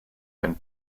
and